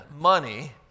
money